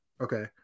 okay